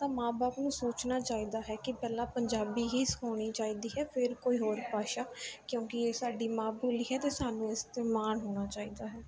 ਤਾਂ ਮਾਂ ਬਾਪ ਨੂੰ ਸੋਚਣਾ ਚਾਹੀਦਾ ਹੈ ਕਿ ਪਹਿਲਾਂ ਪੰਜਾਬੀ ਹੀ ਸਿਖਾਉਣੀ ਚਾਹੀਦੀ ਹੈ ਫਿਰ ਕੋਈ ਹੋਰ ਭਾਸ਼ਾ ਕਿਉਂਕਿ ਇਹ ਸਾਡੀ ਮਾਂ ਬੋਲੀ ਹੈ ਅਤੇ ਸਾਨੂੰ ਇਸ 'ਤੇ ਮਾਣ ਹੋਣਾ ਚਾਹੀਦਾ ਹੈ